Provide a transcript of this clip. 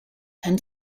and